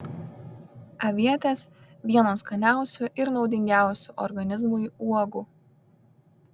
avietės vienos skaniausių ir naudingiausių organizmui uogų